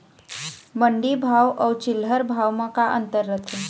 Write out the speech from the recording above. मंडी भाव अउ चिल्हर भाव म का अंतर रथे?